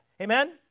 Amen